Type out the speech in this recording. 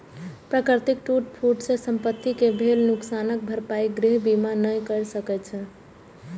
प्राकृतिक टूट फूट सं संपत्ति कें भेल नुकसानक भरपाई गृह बीमा नै करै छै